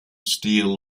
steel